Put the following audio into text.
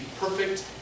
perfect